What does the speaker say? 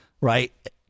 right